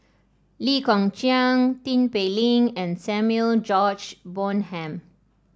Lee Kong Chian Tin Pei Ling and Samuel George Bonham